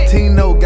Tino